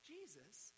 Jesus